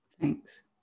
Thanks